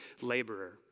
laborer